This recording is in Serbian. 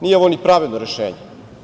Nije ovo ni pravedno rešenje.